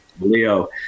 leo